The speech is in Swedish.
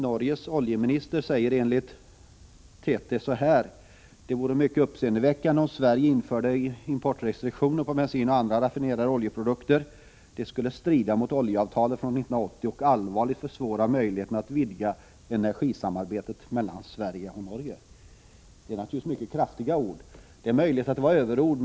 Norges oljeminister säger enligt TT: ”Det vore mycket uppseendeväckande om Sverige införde importrestriktioner på bensin och andra raffinerade oljeprodukter. Det skulle strida mot oljeavtalet från 1980 och allvarligt försvåra möjligheterna att vidga energisamarbetet mellan Sverige och Norge.” Det är möjligt att det var överord.